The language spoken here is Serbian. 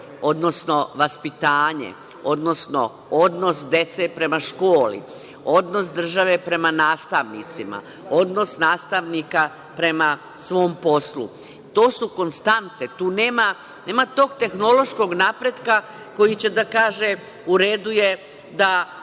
odnosno vaspitanje, odnosno, odnos dece prema školi, odnos države prema nastavnicima, odnos nastavnika prema svom poslu. To su konstante, tu nema tog tehnološkog napretka, koji će da kaže, u redu je da